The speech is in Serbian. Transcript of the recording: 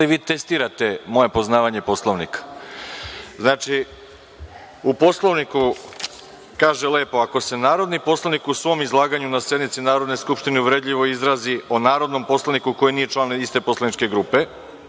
vi testirate moje poznavanje Poslovnika. U Poslovniku kaže lepo – ako se narodni poslanik u svom izlaganju na sednici Narodne skupštine uvredljivo izrazi o narodnom poslaniku koji nije član iste poslaničke grupe,